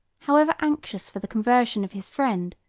however anxious for the conversion of his friend,